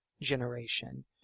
generation